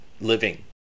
living